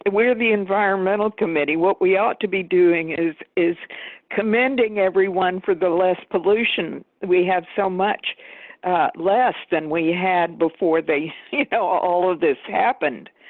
ah we're the environmental committee. what we ought to be doing is is commanding everyone for the less pollution we have so much less than we had before they see how all of this happened.